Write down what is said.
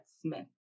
Smith